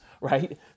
right